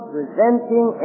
resenting